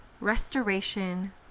restoration